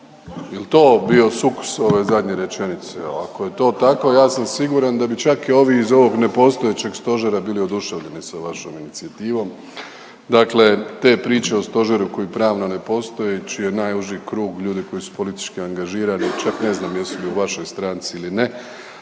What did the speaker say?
li to bio sukus ove zadnje rečenice, jer ako je to tako, ja sam siguran da bi čak ovi iz ovog nepostojećeg stožera bili oduševljeni sa vašom inicijativom. Dakle te priče o stožeru koji pravno ne postoji, čiji je najuži krug ljudi koji su politički angažirani, čak ne znam jesu li u vašoj stranci ili ne,